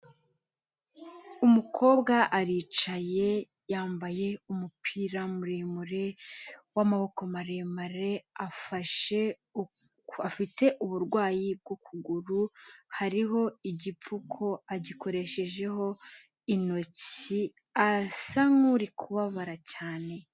Umukobwa aricaye yambaye umupira muremure w'amaboko maremare afashe, afite uburwayi bw'ukuguru hariho igipfuko, agikoreshejeho intoki asa nk'uri kubabara cyane.